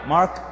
Mark